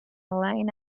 line